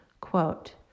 Quote